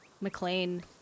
McLean